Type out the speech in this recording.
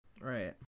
right